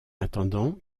attendant